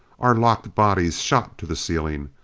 our locked bodies shot to the ceiling.